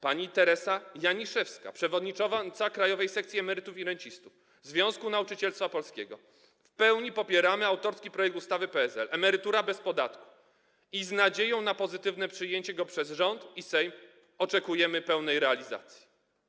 Pani Teresa Janiszewska przewodnicząca Krajowej Sekcji Emerytów i Rencistów Związku Nauczycielstwa Polskiego: w pełni popieramy autorski projekt ustawy PSL emerytura bez podatku i z nadzieją na pozytywne przyjęcie go przez rząd i Sejm oczekujemy pełnej realizacji.